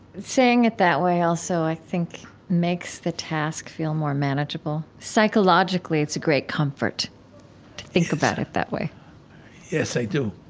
saying it that way, also, i think makes the task feel more manageable. psychologically, it's a great comfort to think about it that way yes, i do